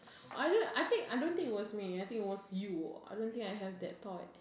I don't I think I don't think it was me I think was you I don't think I have that thought